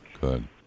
good